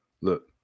Look